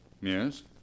Yes